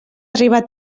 arribar